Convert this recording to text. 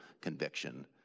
conviction